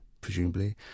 presumably